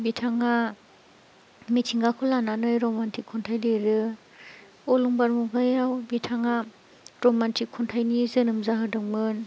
बिथाङा मिथिंगाखौ लानानै रमान्टिक खन्थाइ लिरो अलंबालर मुगायाव बिथाङा रमान्टिक खन्थाइनि जोनोम जाहोदोंमोन